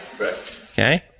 okay